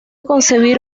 concebir